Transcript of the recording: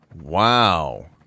Wow